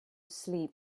sleep